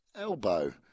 Elbow